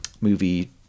movie